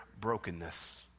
brokenness